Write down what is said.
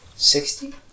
Sixty